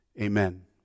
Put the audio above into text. Amen